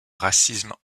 racisme